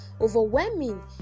overwhelming